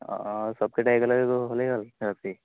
অ' সবকেইটা একেলগে হ'লে হ'ল ৰাতি